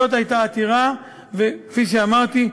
זאת הייתה העתירה, וכפי שאמרתי,